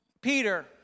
Peter